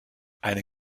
eine